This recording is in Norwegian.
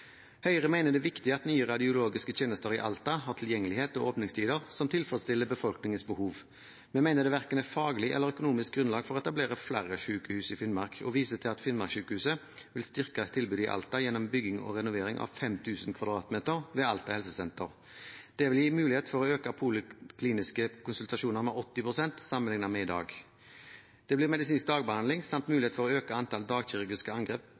Høyre mener det er viktig at nye radiologiske tjenester i Alta har tilgjengelighet og åpningstider som tilfredsstiller befolkningens behov. Vi mener det verken er faglig eller økonomisk grunnlag for å etablere flere sykehus i Finnmark og viser til at Finnmarkssykehuset vil styrke tilbudet i Alta gjennom bygging og renovering av 5 000 m 2 ved Alta helsesenter. Det vil gi mulighet for å øke polikliniske konsultasjoner med 80 pst. sammenlignet med i dag. Det blir medisinsk dagbehandling samt mulighet for å øke antall dagkirurgiske